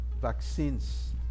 vaccines